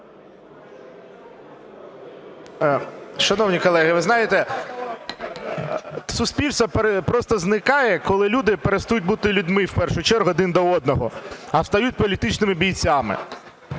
Шановні колеги! Ви знаєте, суспільство просто зникає, коли люди перестають бути людьми, в першу чергу один до одного, а стають політичними бійцями.